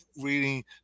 reading